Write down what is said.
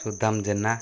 Sudham Jena